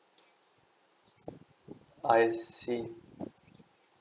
ah I see